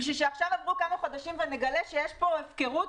כדי שיעברו כמה חודשים ונגלה שיש פה הפקרות?